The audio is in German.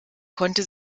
konnte